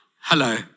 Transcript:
hello